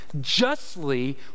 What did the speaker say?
justly